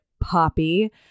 Poppy